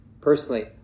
personally